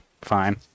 fine